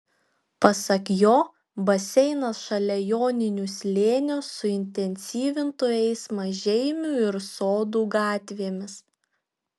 pasak jo baseinas šalia joninių slėnio suintensyvintų eismą žeimių ir sodų gatvėmis